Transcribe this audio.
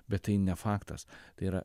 bet tai ne faktas tai yra